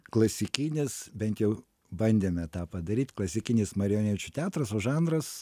klasikinės bent jau bandėme tą padaryt klasikinis marionečių teatras o žanras